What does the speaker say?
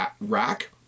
rack